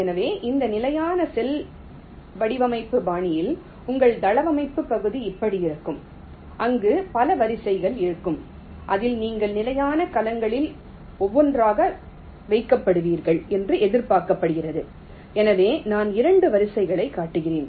எனவே இந்த நிலையான செல் வடிவமைப்பு பாணியில் உங்கள் தளவமைப்பு பகுதி இப்படி இருக்கும் அங்கு பல வரிசைகள் இருக்கும் அதில் நீங்கள் நிலையான கலங்களில் ஒவ்வொன்றாக வைக்கப்படுவீர்கள் என்று எதிர்பார்க்கப்படுகிறது எனவே நான் இரண்டு வரிசைகளைக் காட்டுகிறேன்